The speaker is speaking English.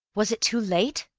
was it too late?